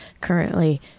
currently